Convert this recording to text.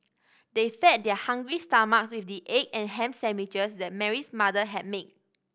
they fed their hungry stomachs with the egg and ham sandwiches that Mary's mother had made